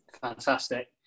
fantastic